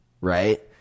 right